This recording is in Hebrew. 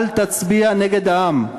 אל תצביע נגד העם.